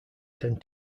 tend